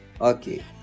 Okay